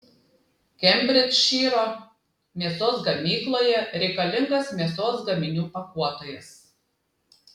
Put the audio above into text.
kembridžšyro mėsos gamykloje reikalingas mėsos gaminių pakuotojas